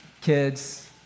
kids